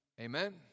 Amen